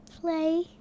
Play